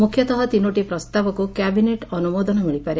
ମୁଖ୍ୟତଃ ତିନୋଟି ପ୍ରସ୍ତାବକୁ କ୍ୟାବିନେଟ୍ ଅନୁମୋଦନ ମିଳିପାରେ